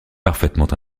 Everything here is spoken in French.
parfaitement